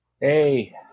Hey